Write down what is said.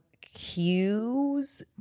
cues